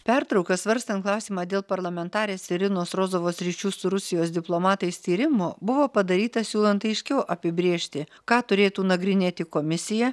pertrauka svarstant klausimą dėl parlamentarės irinos rozovos ryšių su rusijos diplomatais tyrimo buvo padaryta siūlant aiškiau apibrėžti ką turėtų nagrinėti komisija